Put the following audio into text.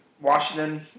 Washington